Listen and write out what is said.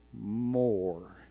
more